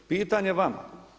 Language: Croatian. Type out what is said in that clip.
Pitanje vama.